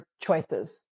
choices